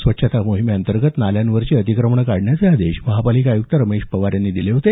स्वछता मोहिमेअंतर्गत नाल्यांवरची अतिक्रमणं काढण्याचे आदेश महापालिका आयुक्त रमेश पवार यांनी दिले आहेत